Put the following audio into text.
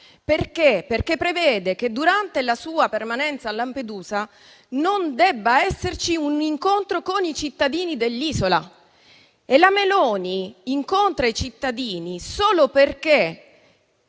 perché prevede che durante la sua permanenza a Lampedusa non debba esserci un incontro con i cittadini dell'isola. La Meloni incontra i cittadini solo perché